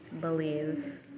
believe